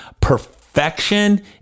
Perfection